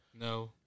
No